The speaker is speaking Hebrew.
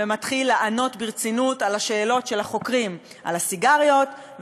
ומתחיל לענות ברצינות על השאלות של החוקרים על הסיגריות,